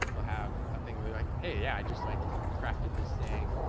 they'll have a thing where they're like, hey, yeah, i just like crafted this thing,